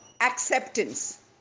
acceptance